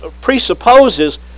presupposes